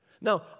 Now